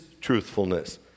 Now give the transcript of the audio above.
truthfulness